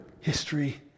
history